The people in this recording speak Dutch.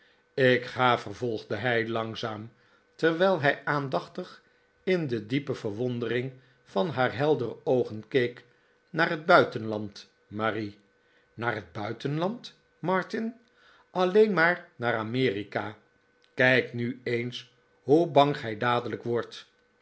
ik ga vervolgde hij langzaam terwijl hij aandachtig in de diepe verwondering van haar heldere oogen keek naar het buitenland marie naar het buitenland martin t aueen maar naar amerika kijk nu eens hoe bang gij dadelijk wordt